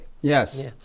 Yes